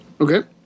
Okay